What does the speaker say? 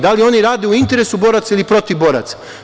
Da li oni rade u interesu boraca ili protiv boraca?